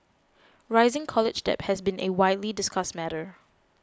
rising college debt has been a widely discussed matter